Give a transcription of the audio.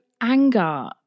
anger